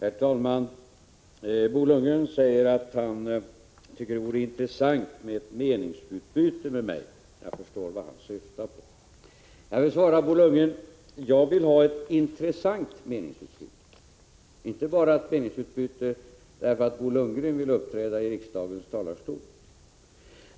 Herr talman! Bo Lundgren säger att han tycker det vore intressant med ett meningsutbyte med mig. Jag förstår vad han syftar på. Jag vill säga till Bo Lundgren att jag vill ha ett intressant meningutbyte, inte ett som uppstår bara därför att Bo Lundgren vill uppträda i riksdagens talarstol.